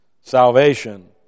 Salvation